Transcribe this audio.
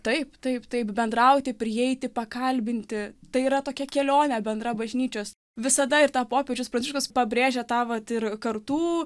taip taip taip bendrauti prieiti pakalbinti tai yra tokia kelionė bendra bažnyčios visada ir tą popiežius pranciškus pabrėžia tą vat ir kartų